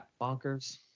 bonkers